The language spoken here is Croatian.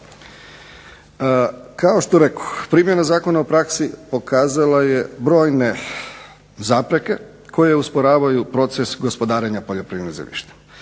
Kao što rekoh, primjena zakona u praksi pokazala je brojne zapreke koje usporavaju proces gospodarenja poljoprivrednim